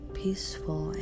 peaceful